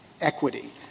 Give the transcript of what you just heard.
equity